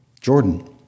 Jordan